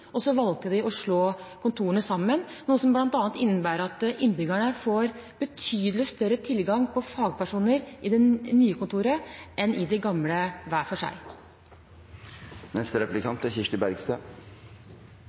Så valgte de å slå kontorene sammen, noe som bl.a. innebærer at innbyggerne får betydelig større tilgang på fagpersoner i det nye kontoret enn hver for seg i de gamle.